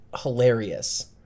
hilarious